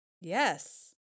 Yes